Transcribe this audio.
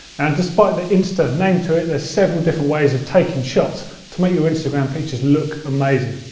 and despite the insta name to it, there's several different ways of taking shots to make your instagram pictures look amazing.